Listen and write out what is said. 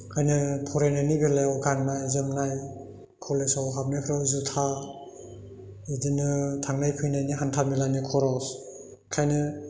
ओंखायनो फरायनायनि बेलायाव गाननाय जोमनाय कलेजाव हाबनायफोराव जुथा बेदिनो थांनाय फैनायनि हान्था मेलानि खरस बेखायनो